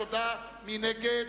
מי נגד?